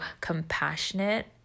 compassionate